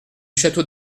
château